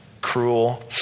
cruel